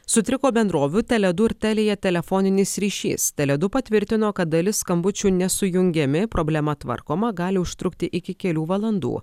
sutriko bendrovių tele du ir telia telefoninis ryšys tele du patvirtino kad dalis skambučių nesujungiami problema tvarkoma gali užtrukti iki kelių valandų